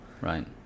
Right